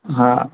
हा